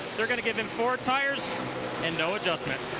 they are going to give him four tires and no adjustments.